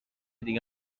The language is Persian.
دیگه